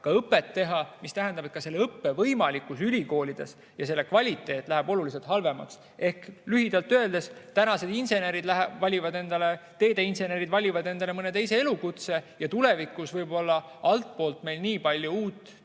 ka õppida, mis tähendab, et ka selle õppe võimalikkus ülikoolides ja selle õppe kvaliteet läheb oluliselt halvemaks. Ehk lühidalt öeldes: tänased teeinsenerid valivad endale mõne teise elukutse ja tulevikus võib-olla altpoolt meile nii palju uut tööjõudu